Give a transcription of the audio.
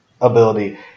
ability –